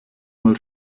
mal